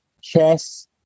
chess